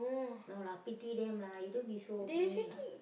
no lah pity them lah you don't be so mean lah